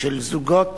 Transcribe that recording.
של זוגות